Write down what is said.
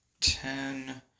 ten